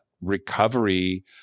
recovery